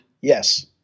yes